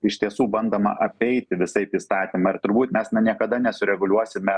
iš tiesų bandoma apeiti visaip įstatymą ir turbūt mes niekada nesureguliuosime